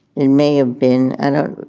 and may have been a.